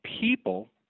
people